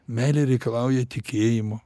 meilė reikalauja tikėjimo